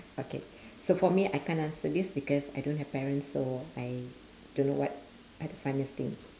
okay so for me I can't answer this because I don't have parents so I don't know what are the funniest thing